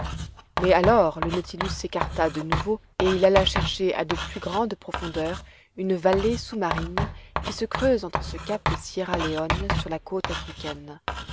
mais alors le nautilus s'écarta de nouveau et il alla chercher à de plus grandes profondeurs une vallée sous-marine qui se creuse entre ce cap et sierra leone sur la côte africaine